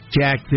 Jack